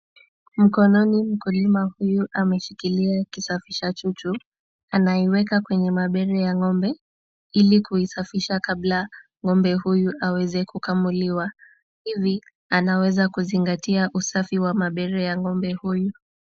Mkononi mkulima huyu ameshikilia kisafisha chuchu. Anaiweka kwenye mabere ya ng'ombe ili kuisafisha kabla ng'ombe huyu aweze kukamuliwa. Hivi anaweza kuzingatia usafi wa mabere ya ng'ombe huyu.